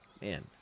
Man